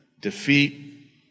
defeat